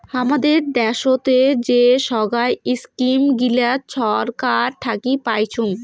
হামাদের দ্যাশোত যে সোগায় ইস্কিম গিলা ছরকার থাকি পাইচুঙ